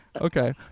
Okay